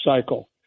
cycle